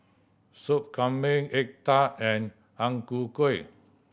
Sup Kambing egg tart and Ang Ku Kueh